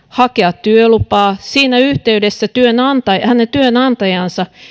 hakea työlupaa siinä yhteydessä hänen työnantajansa